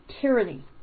tyranny